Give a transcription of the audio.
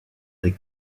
des